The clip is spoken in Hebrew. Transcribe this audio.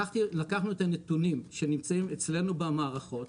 לקחנו את הנתונים שנמצאים אצלנו במערכות,